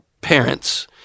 parents